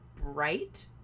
bright